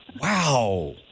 Wow